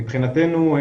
מבחינתנו,